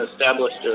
established